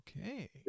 okay